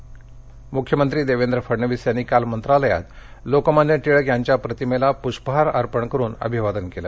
टिळक जयंती मुख्यमंत्री देवेंद्र फडणवीस यांनी काल मंत्रालयात लोकमान्य टिळक यांच्या प्रतिमेला पुष्पहार अर्पण करून अभिवादन केलं